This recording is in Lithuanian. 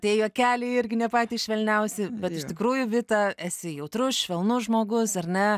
tie juokeliai irgi ne patys švelniausi bet iš tikrųjų vita esi jautrus švelnus žmogus ar ne